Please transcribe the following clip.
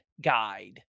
guide